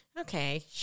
Okay